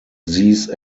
these